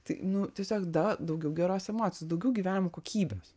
tai nu tiesiog dar daugiau geros emocijos daugiau gyvenimo kokybės